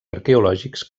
arqueològics